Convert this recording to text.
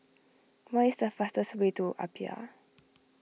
where is the fastest way to Apia